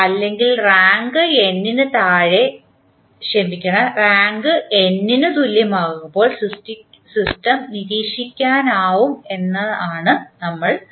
അല്ലെങ്കിൽ rank n ന് തുല്യമാകുമ്പോൾ സിസ്റ്റം നിരീക്ഷിക്കാവുന്നതാണെന്ന് നിങ്ങൾ പറയും